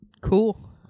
Cool